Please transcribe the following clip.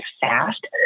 fast